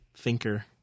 thinker